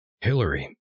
Hillary